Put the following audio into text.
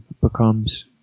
becomes